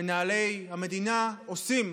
מנהלי המדינה, עושים.